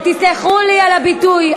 ותסלחו לי על הביטוי,